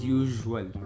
usual